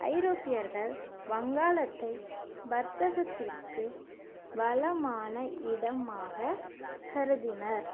ஐரோப்பியர்கள் வங்காளத்தை வர்த்தகத்திற்கு வளமான இடமாகக் கருதினர்